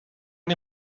sin